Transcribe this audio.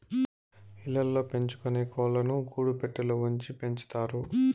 ఇళ్ళ ల్లో పెంచుకొనే కోళ్ళను గూడు పెట్టలో ఉంచి పెంచుతారు